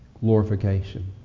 Glorification